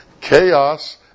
Chaos